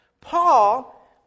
Paul